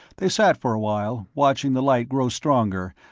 they sat for a while, watching the light grow stronger,